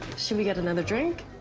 should we get another drink?